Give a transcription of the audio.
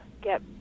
get